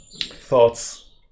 thoughts